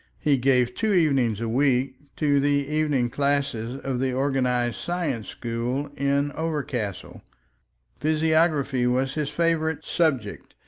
he gave two evenings a week to the evening classes of the organized science school in overcastle physiography was his favorite subject,